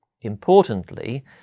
Importantly